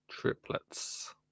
Triplets